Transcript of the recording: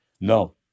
No